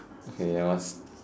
okay then what's